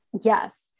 Yes